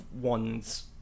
one's